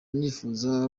nifuza